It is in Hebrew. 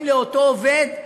אם לאותו עובד,